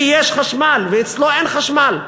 לי יש חשמל, ואצלו אין חשמל.